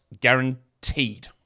guaranteed